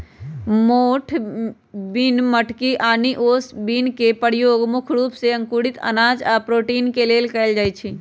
मोठ बिन मटकी आनि ओस बिन के परयोग मुख्य रूप से अंकुरित अनाज आ प्रोटीन के लेल कएल जाई छई